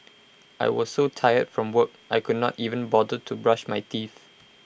I was so tired from work I could not even bother to brush my teeth